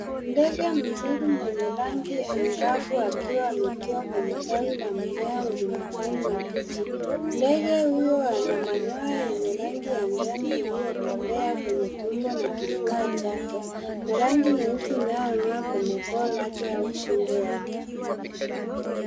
Ndege mzuri mwenye rangi angavu akiwa ametua kwenye tawi la mmea wenye majani mabichi. Ndege huyu ana manyoya wenye rangi ya njano iliyokolea kwenye tumbo na kifua chake na rangi nyeusi unao nyoa kwenye koo lake au shingo yake.